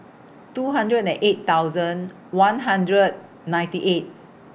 two hundred and eight thousand one hundred ninety eight